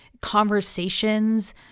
conversations